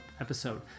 episode